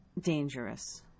dangerous